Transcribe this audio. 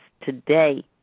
today